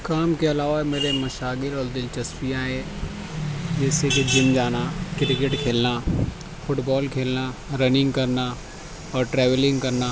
کام کے علاوہ میرے مشاغل اور دلچسپیاں ہے جیسے کہ جم جانا کرکٹ کھیلنا فٹ بال کھیلنا رننگ کرنا اور ٹریولنگ کرنا